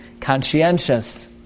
conscientious